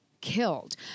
killed